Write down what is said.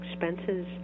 expenses